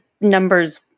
numbers